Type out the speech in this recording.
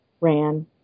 ran